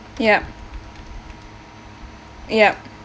yup yup